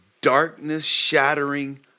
darkness-shattering